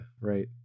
right